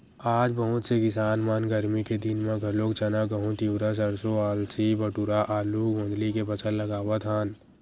आज बहुत से किसान मन गरमी के दिन म घलोक चना, गहूँ, तिंवरा, सरसो, अलसी, बटुरा, आलू, गोंदली के फसल लगावत हवन